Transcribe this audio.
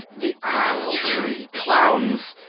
the apple tree. clowns,